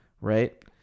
right